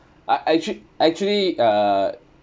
I actu~ actually uh